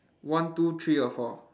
one two three or four